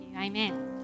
Amen